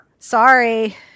Sorry